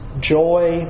joy